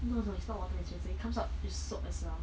no no it's not water dispenser it comes out with soap as well